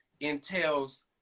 entails